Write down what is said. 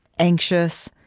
anxious,